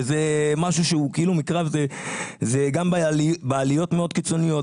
זה גם בעליות מאוד קיצוניות,